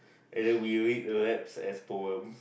and then we read raps as poems